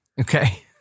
Okay